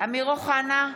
אמיר אוחנה,